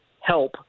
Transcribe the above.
help